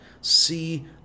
see